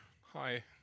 hi